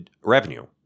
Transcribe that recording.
revenue